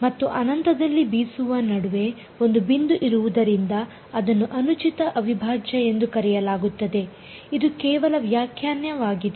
ಮತ್ತು ಅನಂತದಲ್ಲಿ ಬೀಸುವ ನಡುವೆ ಒಂದು ಬಿಂದು ಇರುವುದರಿಂದ ಇದನ್ನು ಅನುಚಿತ ಅವಿಭಾಜ್ಯ ಎಂದು ಕರೆಯಲಾಗುತ್ತದೆ ಇದು ಕೇವಲ ವ್ಯಾಖ್ಯಾನವಾಗಿದೆ